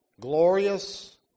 glorious